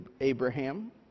Abraham